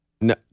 No